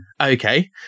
Okay